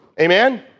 Amen